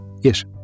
Yes